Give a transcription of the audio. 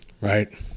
right